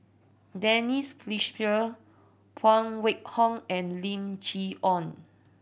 Denise Fletcher Phan Wait Hong and Lim Chee Onn